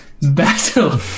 Battle